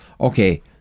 Okay